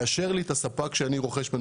מאשרת לי את הספק ממנו אני רוכש.